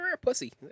Pussy